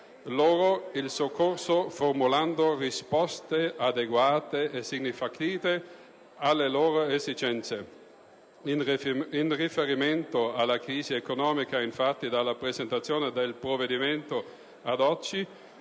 loro in soccorso formulando risposte adeguate e significative alle loro esigenze. In riferimento alla crisi economica, infatti, dalla presentazione del provvedimento ad oggi,